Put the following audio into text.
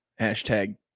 Hashtag